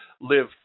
Live